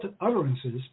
utterances